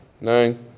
nine